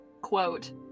quote